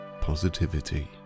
positivity